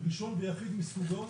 ראשון ויחיד מסוגו,